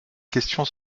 questions